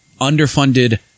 underfunded